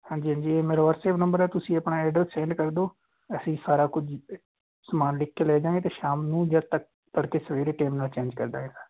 ਹਾਂਜੀ ਹਾਂਜੀ ਇਹ ਮੇਰਾ ਵਟਸਐਪ ਨੰਬਰ ਹੈ ਤੁਸੀਂ ਆਪਣਾ ਐਡਰੈਸ ਸੈਂਡ ਕਰ ਦਿਓ ਅਸੀਂ ਸਾਰਾ ਕੁਝ ਸਮਾਨ ਲਿਖ ਕੇ ਲੈ ਜਾਂਗੇ ਸ਼ਾਮ ਨੂੰ ਜਾਂ ਤ ਤੜਕੇ ਸਵੇਰੇ ਟੈਮ ਨਾਲ ਚੇਂਜ ਕਰ ਦਾਂਗੇ ਸਰ